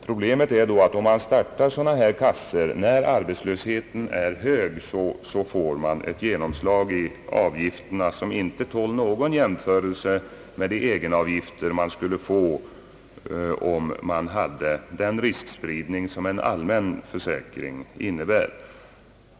Problemet är då, att om kassor av denna typ startas när arbetslösheten är hög så får man ett genomslag i avgifterna som inte står i proportion till de egenavgifter som skulle utgå vid den riskspridning som en allmän försäkring innebär.